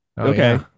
okay